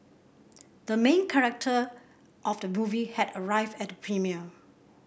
the main character of the movie has arrived at the premiere